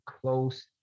close